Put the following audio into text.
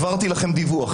העברתי לכם דיווח,